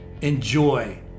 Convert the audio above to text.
enjoy